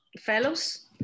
fellows